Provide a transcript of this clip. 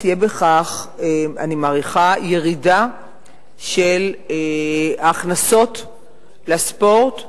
אני מעריכה שתהיה בכך ירידה של ההכנסות לספורט,